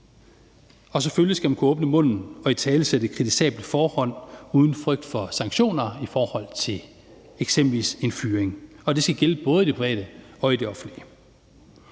og selvfølgelig skal man kunne åbne munden og italesætte et kritisabelt forhold uden frygt for sanktioner i forhold til eksempelvis en fyring, og det skal gælde både i det private og i det offentlige.